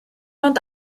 ond